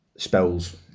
Spells